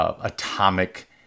atomic